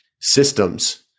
systems